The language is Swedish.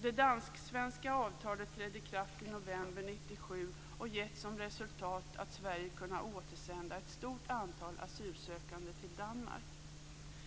Det dansk-svenska avtalet trädde i kraft i november 1997 och har gett som resultat att Sverige har kunnat återsända ett stort antal asylsökande till Danmark.